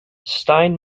stein